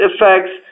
effects